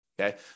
okay